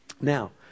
now